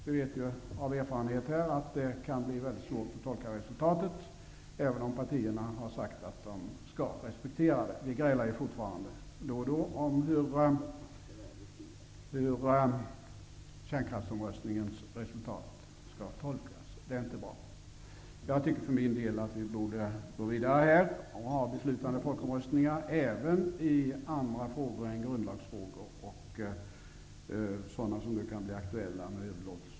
Vi vet av erfarenhet att det kan bli väldigt svårt att tolka resultatet, även om partierna har sagt att de skall respektera det. Vi grälar fortfarande då och då om hur kärnkraftsomröstningens resultat skall tolkas. Det är inte bra. Jag tycker för min del att vi borde gå vidare och ha beslutande folkomröstningar även i andra frågor än grundlagsfrågor.